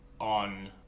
on